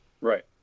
Right